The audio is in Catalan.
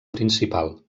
principal